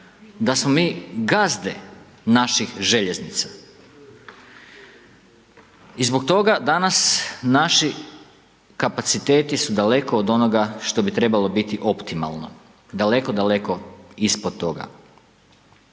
da smo mi gazde naših željeznica i zbog toga danas naši kapaciteti su daleko od onoga što bi trebalo biti optimalno, daleko, daleko ispod toga.